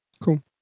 Cool